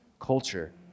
culture